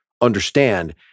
understand